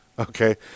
Okay